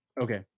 Okay